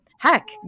heck